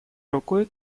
рукой